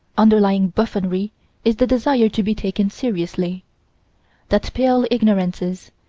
underlying buffoonery is the desire to be taken seriously that pale ignorances,